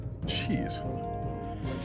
Jeez